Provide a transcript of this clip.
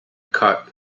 cut